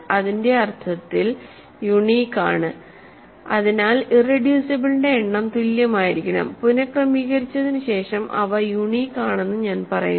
ഇതിന്റെ അർത്ഥത്തിൽ യുണീക് ആണ് അതിനാൽ ഇറെഡ്യൂസിബിളിന്റെ എണ്ണം തുല്യമായിരിക്കണം പുനക്രമീകരിച്ചതിന് ശേഷം അവ യുണീക് ആണെന്ന് ഞാൻ പറയുന്നു